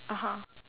(uh huh)